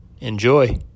Enjoy